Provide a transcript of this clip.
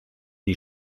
die